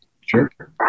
sure